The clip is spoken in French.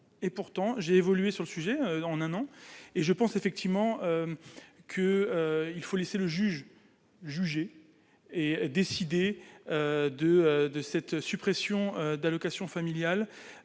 et pourtant j'ai évolué sur le sujet en un an et je pense effectivement que, il faut laisser le juge jugé et décidé de de cette suppression d'allocations familiales,